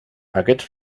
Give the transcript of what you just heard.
aquests